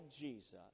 Jesus